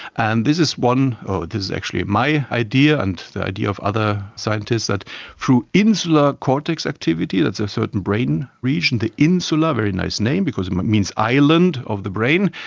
and this is one, this is actually my idea and the idea of other scientists, that through insular cortex activity, that's a certain brain region, the insular, a very nice name because it means island of the brain,